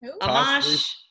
amash